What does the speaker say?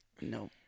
No